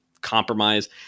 compromise